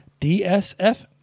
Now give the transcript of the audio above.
DSF